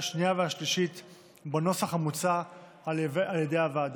השנייה והשלישית בנוסח המוצע על ידי הוועדה.